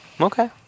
Okay